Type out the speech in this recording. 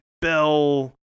Bell